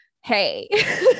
hey